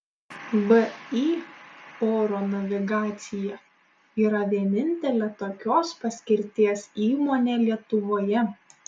vį oro navigacija yra vienintelė tokios paskirties įmonė lietuvoje